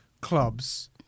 clubs